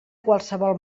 qualsevol